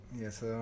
Yes